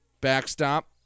Backstop